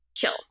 kill